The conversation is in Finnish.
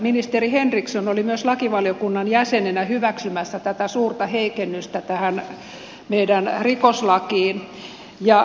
ministeri henriksson oli myös lakivaliokunnan jäsenenä hyväksymässä tätä suurta heikennystä tähän meidän rikoslakiin